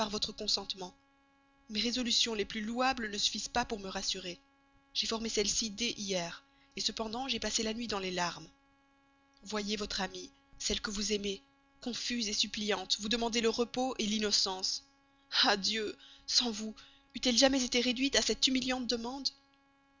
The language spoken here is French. votre consentement mes résolutions les plus louables ne suffisent pas pour me rassurer j'ai formé celle-ci dès hier cependant j'ai passé cette nuit dans les larmes voyez votre amie celle que vous aimez confuse suppliante vous demander le repos l'innocence ah dieu sans vous eût-elle jamais été réduite à cette humiliante demande